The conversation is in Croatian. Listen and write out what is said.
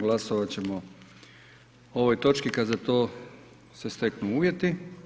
Glasovat ćemo o ovoj točki kad za to se steknu uvjeti.